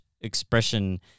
expression